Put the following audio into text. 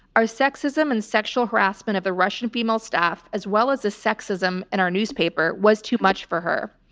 our sexism and sexual harassment of the russian female staff as well as the sexism in our newspaper was too much for her.